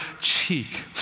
cheek